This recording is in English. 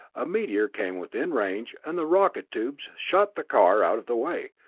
a meteor came within range and the rocket tubes shot the car out of the way.